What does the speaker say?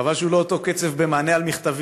חבל שהוא לא אותו קצב במענה על מכתבים,